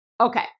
Okay